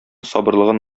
сабырлыгын